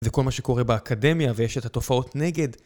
וכל מה שקורה באקדמיה ויש את התופעות נגד.